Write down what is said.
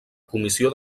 comissió